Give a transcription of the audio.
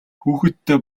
хүүхэдтэй